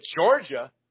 Georgia –